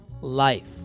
life